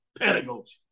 pedagogy